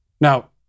Now